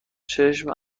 چشم